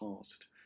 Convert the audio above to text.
past